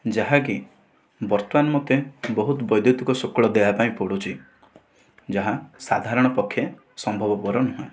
ଯାହାକି ବର୍ତ୍ତମାନ ମୋତେ ବହୁତ ବୈଦ୍ୟୁତିକ ଶୁଳ୍କ ଦେବା ପାଇଁ ପଡ଼ୁଛି ଯାହା ସାଧାରଣ ପକ୍ଷେ ସମ୍ଭବପର ନୁହେଁ